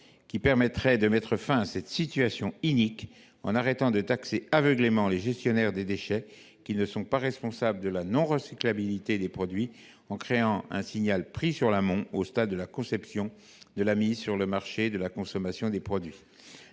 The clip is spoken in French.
qui permettrait de mettre fin à cette situation inique en arrêtant de taxer aveuglément les gestionnaires des déchets, qui ne sont pas responsables de la non recyclabilité des produits, en créant un signal prix sur l’amont, au stade de la conception, de la mise sur le marché et de la consommation des produits.